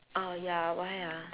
orh ya why ah